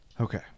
okay